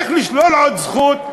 איך לשלול עוד זכות,